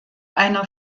einer